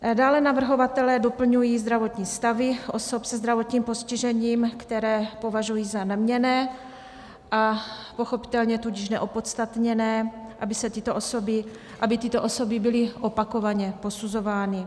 Dále navrhovatelé doplňují zdravotní stavy osob se zdravotním postižením, které považují za neměnné, a pochopitelně tudíž neopodstatněné, aby tyto osoby byly opakovaně posuzovány.